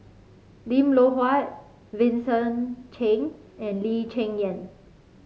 Lim Loh Huat Vincent Cheng and Lee Cheng Yan